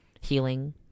healing